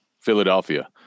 Philadelphia